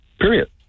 Period